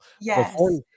Yes